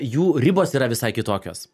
jų ribos yra visai kitokios